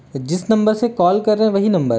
जिस नंबर से कॉल कर रहे हैं वही नंबर है